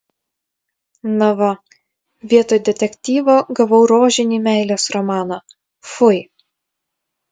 na va vietoj detektyvo gavau rožinį meilės romaną fui